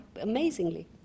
amazingly